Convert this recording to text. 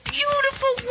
beautiful